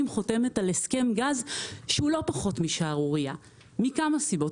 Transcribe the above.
חותמת על הסכם גז שהוא לא פחות משערורייה מכמה סיבות.